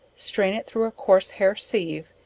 strain it through a coarse hair sieve,